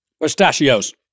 Pistachios